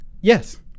Yes